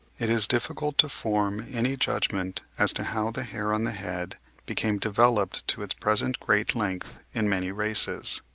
it is difficult to form any judgment as to how the hair on the head became developed to its present great length in many races.